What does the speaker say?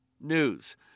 news